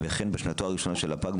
וכן בשנתו הראשונה של הפג,